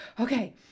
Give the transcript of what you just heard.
okay